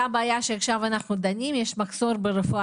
אותה הבעיה שבה אנחנו דנים כעת ישנה גם שם ויש שם מחסור ברפואה